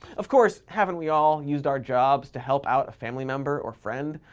of course, haven't we all used our jobs to help out a family member or friend?